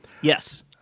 Yes